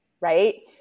Right